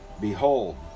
Behold